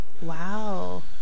Wow